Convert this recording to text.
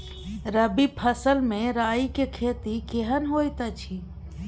रबी फसल मे राई के खेती केहन होयत अछि?